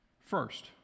First